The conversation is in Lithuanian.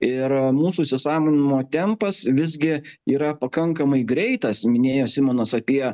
ir mūsų įsisąmoninimo tempas visgi yra pakankamai greitas minėjo simonas apie